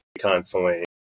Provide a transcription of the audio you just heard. constantly